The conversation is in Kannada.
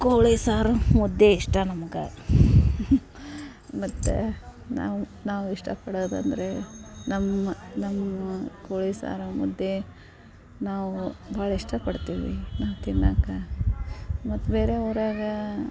ಕೋಳಿ ಸಾರು ಮುದ್ದೆ ಇಷ್ಟ ನಮ್ಗೆ ಮತ್ತು ನಾವು ನಾವು ಇಷ್ಟಪಡೋದಂದರೆ ನಮ್ಮ ನಮ್ಮ ಕೋಳಿ ಸಾರು ಮುದ್ದೆ ನಾವು ಭಾಳ ಇಷ್ಟಪಡ್ತೀವಿ ನಾವು ತಿನ್ನಕ್ಕ ಮತ್ತು ಬೇರೆ ಊರಾಗ